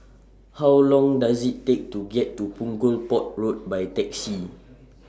How Long Does IT Take to get to Punggol Port Road By Taxi